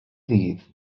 ddydd